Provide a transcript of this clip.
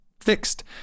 fixed